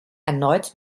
erneut